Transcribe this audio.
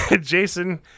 Jason